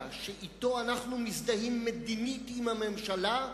שבו אנחנו מזדהים מדינית עם הממשלה,